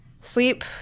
sleep